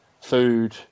food